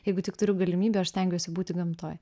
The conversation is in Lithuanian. jeigu tik turiu galimybę aš stengiuosi būti gamtoj